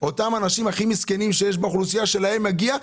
אלה אותם אנשים הכי מסכנים באוכלוסייה שלהם מגיע.